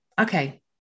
okay